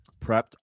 prepped